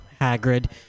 Hagrid